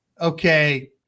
okay